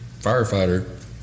firefighter